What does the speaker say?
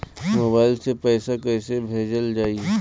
Mobile से पैसा कैसे भेजल जाइ?